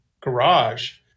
garage